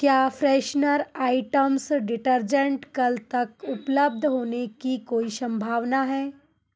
क्या freshener items detergent कल तक उपलब्ध होने की कोई संभावना है